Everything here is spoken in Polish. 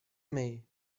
myj